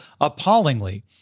appallingly